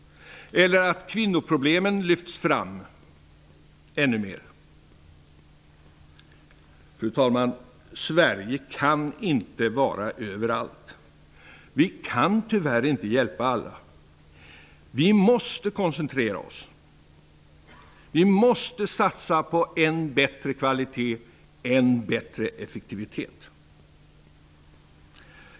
Eller att kvinnoproblemen lyfts fram ännu mer? Fru talman! Sverige kan inte vara överallt. Vi kan tyvärr inte hjälpa alla. Vi måste koncentrera oss. Vi måste satsa på en bättre kvalitet, än bättre effektivitet.